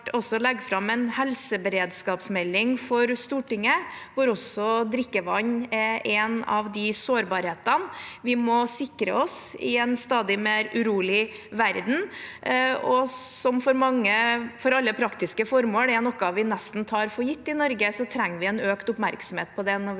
snart også legge fram en helseberedskapsmelding for Stortinget, hvor også drikkevann er en av de sårbarhetene der vi må sikre oss i en stadig mer urolig verden. Drikkevann er for alle praktiske formål noe vi nesten tar for gitt i Norge, og vi trenger økt oppmerksomhet på det